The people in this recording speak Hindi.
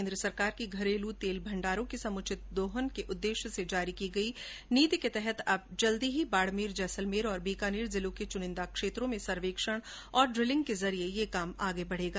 केंद्र सरकार की घरेलू तेल भंडारों के समुचित दोहन के उद्देश्य से जारी नई पॉलिसी के तहत अब शीघ्र ही बाड़मेर जैसलमेर और बीकानेर जिलों के चुनिंदा क्षेत्रों में सर्वेक्षण और ड्रिलिंग के जरिये ये काम आगे बढ़ेगा